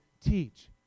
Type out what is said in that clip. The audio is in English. teach